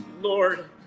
Lord